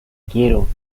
quiero